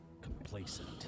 complacent